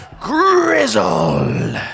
Grizzle